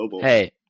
hey